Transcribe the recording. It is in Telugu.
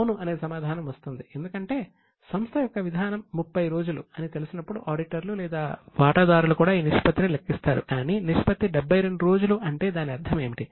'అవును' అనే సమాధానం వస్తుంది ఎందుకంటే సంస్థ యొక్క విధానం 30 రోజులు అని తెలిసినప్పుడు ఆడిటర్లు లేదా వాటాదారులు కూడా ఈ నిష్పత్తిని లెక్కిస్తారు కాని నిష్పత్తి 72 రోజులు అంటే దాని అర్థం ఏమిటి